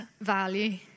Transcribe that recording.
value